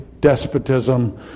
despotism